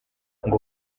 ngo